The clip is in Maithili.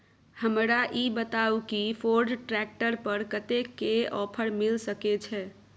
हमरा ई बताउ कि फोर्ड ट्रैक्टर पर कतेक के ऑफर मिलय सके छै?